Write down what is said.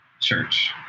church